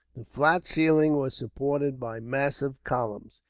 the flat ceiling was supported by massive columns,